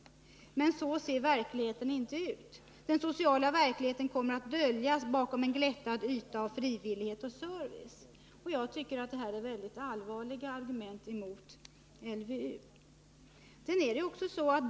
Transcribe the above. Men så ser verkligheten inte ut. Den sociala verkligheten kommer att döljas bakom en glättad fasad av frivillighet och service. Jag tycker att det är allvarliga argument mot LVU.